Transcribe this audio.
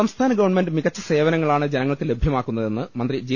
സംസ്ഥാന ഗവൺമെന്റ് മികച്ച സേവനങ്ങളാണ് ജനങ്ങൾക്ക് ലഭ്യമാക്കുന്നതെന്ന് മന്ത്രി ജി